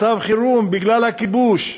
מצב חירום בגלל הכיבוש,